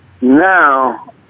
now